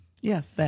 Yes